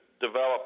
develop